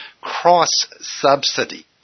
cross-subsidy